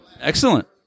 Excellent